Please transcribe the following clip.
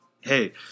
hey